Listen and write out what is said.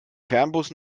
fernbus